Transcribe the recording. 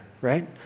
right